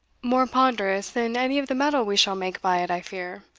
more ponderous than any of the metal we shall make by it, i fear,